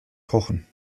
kochen